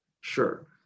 Sure